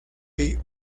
the